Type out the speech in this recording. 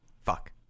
fuck